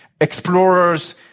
explorers